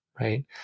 right